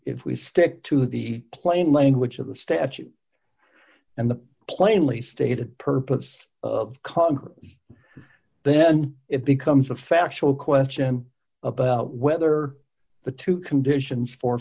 if we stick to the plain language of the statute and the plainly stated purpose of congress then it becomes a factual question about whether the two conditions for